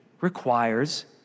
requires